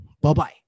bye-bye